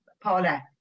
Paula